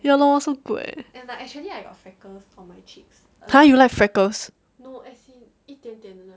ya lor so good eh ha you like freckles